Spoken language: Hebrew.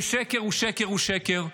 שקר הוא שקר הוא שקר,